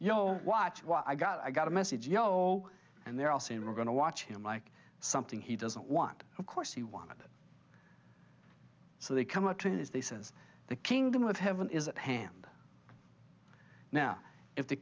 you know watch what i got i got a message you know and they're all saying we're going to watch him like something he doesn't want of course he wanted it so they come up to his they says the kingdom of heaven is at hand now if the